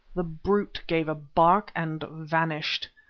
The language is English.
the brute gave a bark and vanished.